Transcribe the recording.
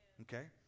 Okay